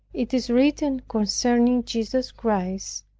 it is written concerning jesus christ,